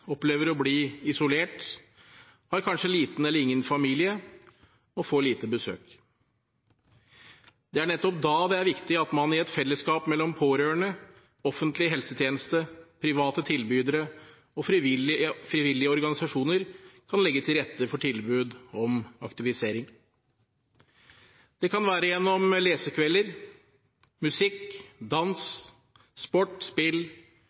opplever å bli isolert, har kanskje liten eller ingen familie og får lite besøk. Det er nettopp da det er viktig at man i et fellesskap mellom pårørende, offentlig helsetjeneste, private tilbydere og frivillige organisasjoner kan legge til rette for tilbud om aktivisering. Det kan være gjennom lesekvelder, musikk, dans, sport, spill,